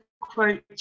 quote